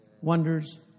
wonders